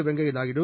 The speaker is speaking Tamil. வெங்கைய நாயுடு